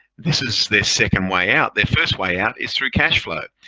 this is their second way out. their first way out is through cashflow.